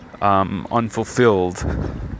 Unfulfilled